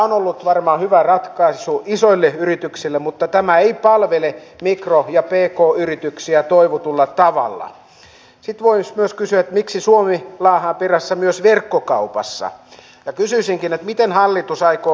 on ollut varma hyvä ratkaisu isoille yrityksille mutta tämä ei palvele mikro ja teekoo tietysti ikävää että se pois myös kysyä miksi suomi rahoitus ei ole jatkuvaa vaan sitä annetaan aina näin jälkeenpäin